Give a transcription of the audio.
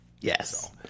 Yes